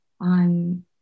on